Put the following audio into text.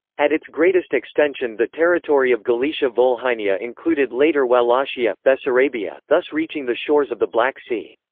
at its greatest extension the territory of galicia-volhynia included later wallachia bessarabia, thus reaching the shores of the black sea.